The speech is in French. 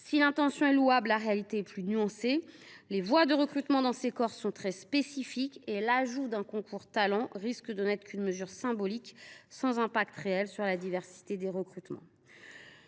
Si l’intention est louable, la réalité est plus nuancée. Les voies de recrutement dans ces corps sont très spécifiques, et l’ajout d’un concours Talents risque de n’être qu’une mesure symbolique sans effet réel sur la diversité des recrutements.